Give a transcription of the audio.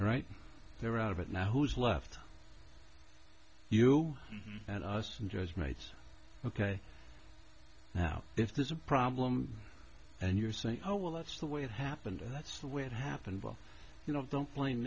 right they're out of it now who's left you and us interest rates ok now if there's a problem and you're saying oh well that's the way it happened and that's the way it happened well you know don't blame